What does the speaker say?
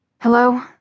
Hello